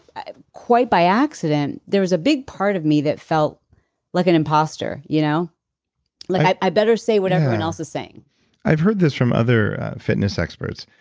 quite by accident, there was a big part of me that felt like an impostor. you know like i better say what everyone else is saying i've heard this from other fitness experts,